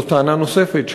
זאת טענה נוספת,